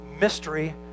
mystery